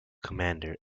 commander